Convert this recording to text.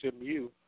SMU